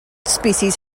species